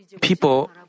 People